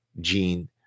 gene